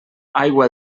aigua